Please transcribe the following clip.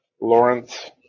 Lawrence